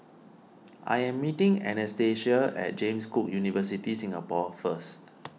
I am meeting Anastacia at James Cook University Singapore first